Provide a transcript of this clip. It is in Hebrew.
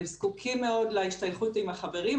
הם זקוקים מאוד להשתייכות עם החברים,